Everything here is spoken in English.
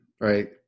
right